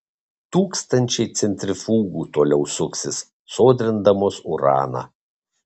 tūkstančiai centrifugų toliau suksis sodrindamos uraną